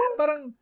parang